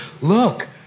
look